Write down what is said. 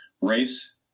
race